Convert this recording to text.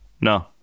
No